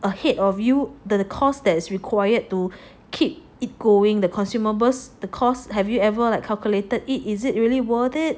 ahead of you the cost that is required to keep it going the consumables the costs have you ever like calculated it is it really worth it